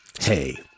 hey